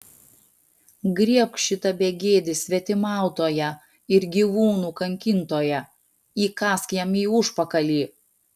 griebk šitą begėdį svetimautoją ir gyvūnų kankintoją įkąsk jam į užpakalį